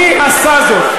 מי עשה זאת.